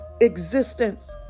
existence